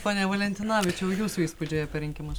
pone valentinavičiau jūsų įspūdžiai apie rinkimus